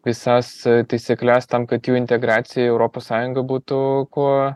visas taisykles tam kad jų integracija į europos sąjungą būtų kuo